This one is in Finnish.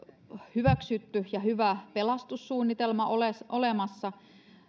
hyväksytty ja hyvä pelastussuunnitelma olemassa